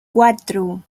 cuatro